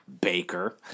Baker